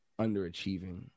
underachieving